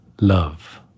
love